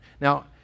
Now